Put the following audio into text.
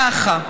ככה.